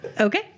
Okay